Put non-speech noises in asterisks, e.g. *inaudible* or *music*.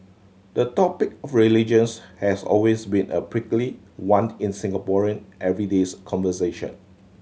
the topic of religions has always been a prickly one *unintelligible* in Singaporean every days conversation